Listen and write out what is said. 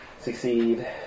Succeed